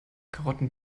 karotten